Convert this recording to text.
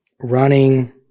running